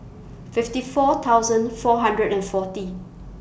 fifty four thousand four hundred and forty